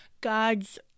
God's